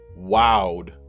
wowed